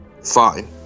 fine